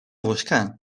buscar